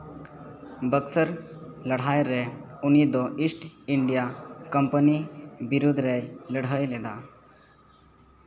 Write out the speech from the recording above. ᱵᱚᱠᱥᱟᱨ ᱞᱟᱹᱲᱦᱟᱹᱭ ᱨᱮ ᱩᱱᱤ ᱫᱚ ᱤᱥᱴ ᱤᱱᱰᱤᱭᱟ ᱠᱳᱢᱯᱟᱱᱤ ᱵᱤᱨᱩᱫᱽ ᱨᱮᱭ ᱞᱟᱹᱲᱦᱟᱹᱭ ᱞᱮᱫᱟ